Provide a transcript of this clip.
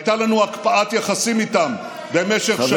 הייתה לנו הקפאת יחסים איתה במשך שנים,